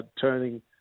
turning